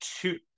two